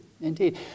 Indeed